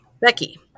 Becky